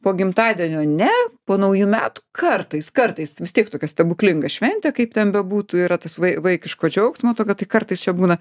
po gimtadienio ne po naujų metų kartais kartais vis tiek tokia stebuklinga šventė kaip ten bebūtų yra tas vai vaikiško džiaugsmo tokio tai kartais čia būna